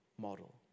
model